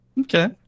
Okay